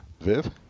Viv